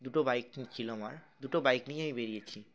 দুটো বাইক ছিলো আমার দুটো বাইক নিয়েই আমি বেরিয়েছি